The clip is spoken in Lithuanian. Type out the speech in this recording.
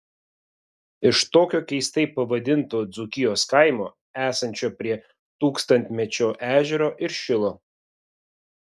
iš tokio keistai pavadinto dzūkijos kaimo esančio prie tūkstantmečio ežero ir šilo